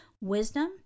wisdom